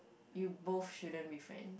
you both shouldn't be friend